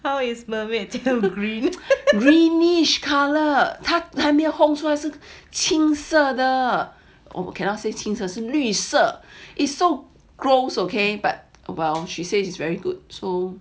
greenish color 他还没有烘出来是青色的我们 cannot say 青色是绿色 is so gross okay but well she says it's very good so